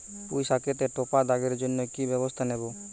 পুই শাকেতে টপা দাগের জন্য কি ব্যবস্থা নেব?